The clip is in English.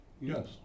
Yes